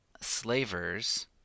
slavers